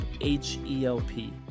H-E-L-P